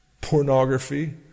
pornography